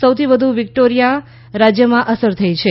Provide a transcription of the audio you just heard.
સૌથી વધુ વિક્ટોરિયા રાજ્યમાં અસર થઈ છે